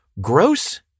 Gross